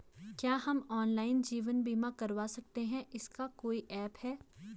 क्या हम ऑनलाइन जीवन बीमा करवा सकते हैं इसका कोई ऐप है?